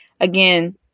again